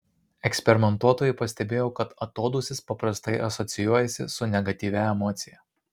eksperimentuotojai pastebėjo kad atodūsis paprastai asocijuojasi su negatyvia emocija